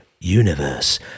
universe